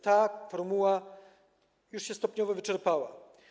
Ta formuła już się stopniowo wyczerpuje.